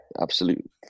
absolute